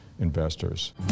investors